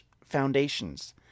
foundations